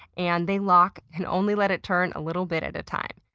and they lock and only let it turn a little bit at a time.